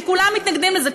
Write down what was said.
שכולם מתנגדים לזה,